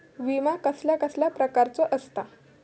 विमा कसल्या कसल्या प्रकारचो असता?